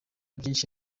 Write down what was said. byinshi